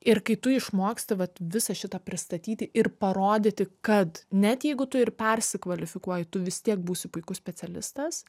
ir kai tu išmoksti vat visą šitą pristatyti ir parodyti kad net jeigu tu ir persikvalifikuoji tu vis tiek būsi puikus specialistas